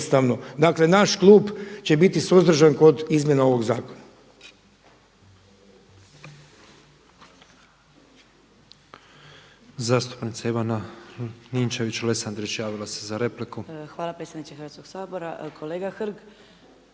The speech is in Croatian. Dakle, naš klub će biti suzdržan kod izmjena ovog zakona.